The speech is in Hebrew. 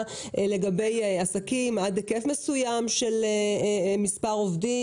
לגבי עסקים עד היקף מסוים של מספר עובדים,